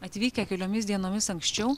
atvykę keliomis dienomis anksčiau